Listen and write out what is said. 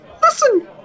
listen